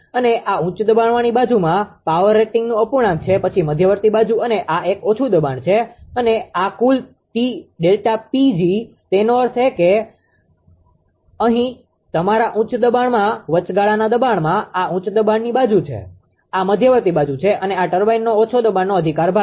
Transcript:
અને આ ઉચ્ચ દબાણવાળી બાજુમાં પાવર જનરેટરનું અપૂર્ણાંક છે પછી મધ્યવર્તી બાજુ અને આ એક ઓછું દબાણ છે અને આ કુલ ΔPg તેનો અર્થ એ કે અહીં તમારા ઉચ્ચ દબાણમાં વચગાળાના દબાણમાં આ ઉચ્ચ દબાણની બાજુ છે આ મધ્યવર્તી બાજુ છે અને આ ટર્બાઇનનો ઓછો દબાણનો અધિકાર વિભાગ છે